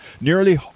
Nearly